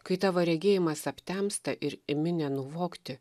kai tavo regėjimas aptemsta ir imi nenuvokti